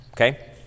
okay